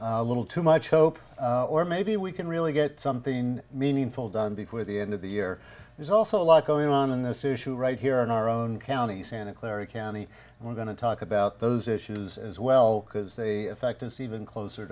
a little too much hope or maybe we can really get something meaningful done before the end of the year there's also a lot going on in this issue right here in our own county santa clara county and we're going to talk about those issues as well because they affect us even closer